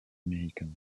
américains